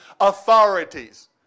authorities